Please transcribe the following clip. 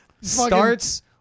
starts